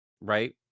right